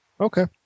Okay